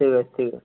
ঠিক আছে ঠিক আছে